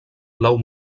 blau